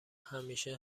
همیشه